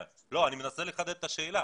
לא, אני מנסה לחדד את השאלה.